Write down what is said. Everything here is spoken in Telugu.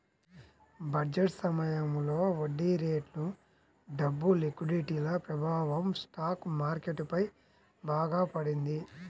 బడ్జెట్ సమయంలో వడ్డీరేట్లు, డబ్బు లిక్విడిటీల ప్రభావం స్టాక్ మార్కెట్ పై బాగా పడింది